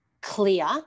clear